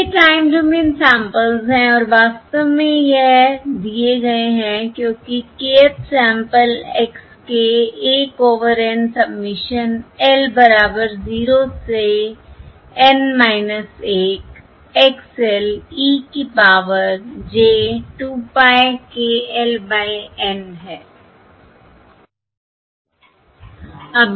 ये time domain samples हैं और वास्तव में ये दिए गए हैं क्योंकि kth sample x k 1 over N summation l बराबर 0 से N 1 X l e power j 2 pie k l by N है